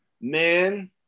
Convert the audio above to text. man